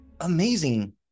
amazing